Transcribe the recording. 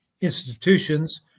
institutions